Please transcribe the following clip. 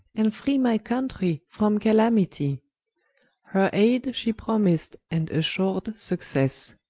and free my countrey from calamitie her ayde she promis'd, and assur'd successe.